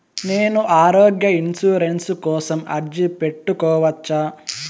నేను ఆరోగ్య ఇన్సూరెన్సు కోసం అర్జీ పెట్టుకోవచ్చా?